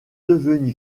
devenu